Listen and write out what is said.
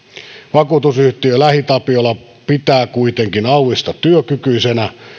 vakuutusyhtiö lähitapiola pitää kuitenkin auvista työkykyisenä